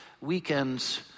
weekend's